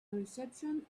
reception